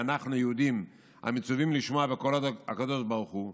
שאנחנו יהודים המצווים לשמוע בקול הקדוש ברוך הוא,